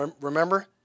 Remember